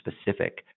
specific